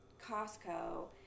Costco